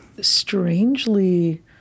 strangely